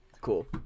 Cool